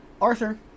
Arthur